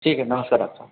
ठीक है नमस्ते डॉक्ट साब